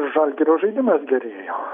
žalgirio žaidimas gerėjo